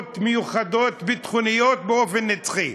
בנסיבות מיוחדות ביטחוניות באופן נצחי.